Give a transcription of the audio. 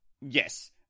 Yes